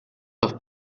los